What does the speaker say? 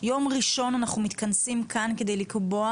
יום ראשון אנחנו מתכנסים כאן על מנת לקבוע